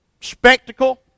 spectacle